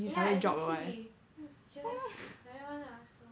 yeah exactly this teacher just like that [one] lah so